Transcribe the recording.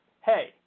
hey